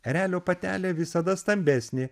erelio patelė visada stambesnė